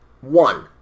One